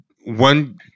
one